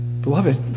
Beloved